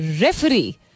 referee